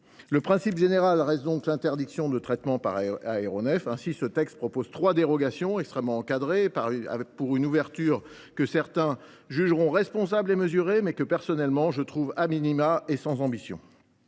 Le principe général reste donc l’interdiction du traitement par aéronef. Ainsi ce texte prévoit il trois dérogations extrêmement encadrées, pour une ouverture que certains jugeront responsable et mesurée, quand je la trouve, personnellement, minimale et sans ambition.